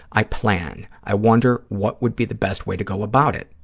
i plan. i wonder what would be the best way to go about it,